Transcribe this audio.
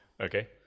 Okay